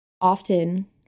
often